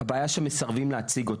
הבעיה שהיא שמסרבים להציג.